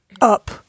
up